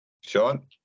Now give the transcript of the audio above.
Sean